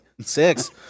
Six